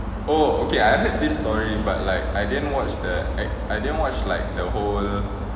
oh okay I heard this story but like I didn't watch the I didn't watch like the whole